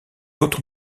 autre